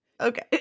Okay